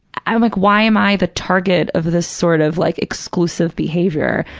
i'm like, why am i the target of this sort of like exclusive behavior?